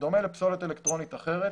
בדומה לפסולת אלקטרונית אחרת